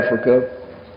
Africa